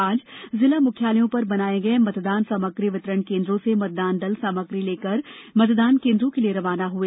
आज जिला मुख्यालयों पर बनाए गए मतदान सामग्री वितरण केन्द्रों से मतदान दल सामग्री लेकर मतदान केन्द्रों के लिए रवाना हुए